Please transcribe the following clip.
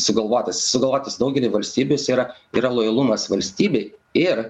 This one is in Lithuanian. sugalvotas jis sugalvotas daugely valstybių jis yra yra lojalumas valstybei ir